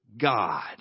God